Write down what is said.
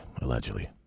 allegedly